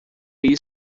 isso